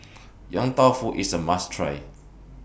Yong Tau Foo IS A must Try